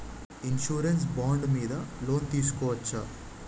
Insurance bond మీద loan తీస్కొవచ్చా?